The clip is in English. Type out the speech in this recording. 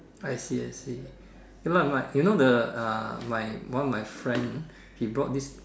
I see I see you know what you know the uh my one of my friends he bought this